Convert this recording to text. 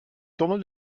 tournoi